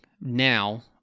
now